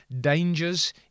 dangers